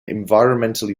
environmentally